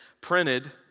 printed